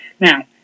now